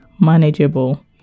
manageable